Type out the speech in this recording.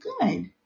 good